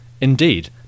Indeed